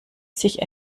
sich